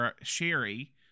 Sherry